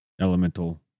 elemental